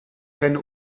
keine